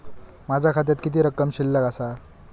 माझ्या खात्यात किती रक्कम शिल्लक आसा?